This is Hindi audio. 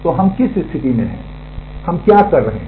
तो हम किस स्थिति में हैं हम क्या कर रहे हैं